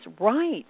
right